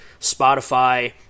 Spotify